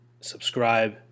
subscribe